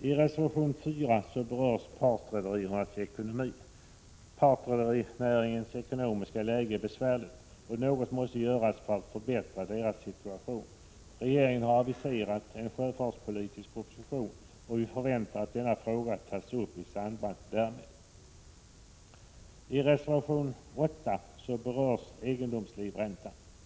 I reservation 4 berörs partrederiernas ekonomi. Partrederinäringens ekonomiska läge är besvärligt, och något måste göras för att förbättra dess situation. Regeringen har aviserat en sjöfartspolitisk proposition, och vi förväntar att denna fråga tas upp i samband härmed. I reservation 8 berörs egendomslivräntan.